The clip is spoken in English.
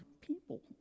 people